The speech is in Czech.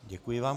Děkuji vám.